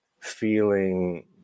feeling